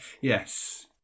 Yes